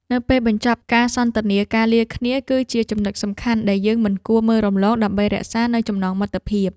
នៅពេលបញ្ចប់ការសន្ទនាការលាគ្នាគឺជាចំណុចសំខាន់ដែលយើងមិនគួរមើលរំលងដើម្បីរក្សានូវចំណងមិត្តភាព។